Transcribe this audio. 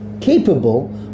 capable